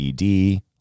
ED